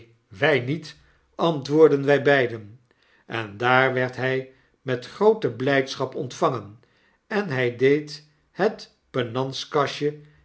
wij niet antwoordden wij beiden en daar werd hij met groote blydschap ontvangen en hy deed het penantkastje